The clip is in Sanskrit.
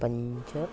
पञ्च